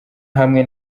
hamwe